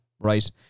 right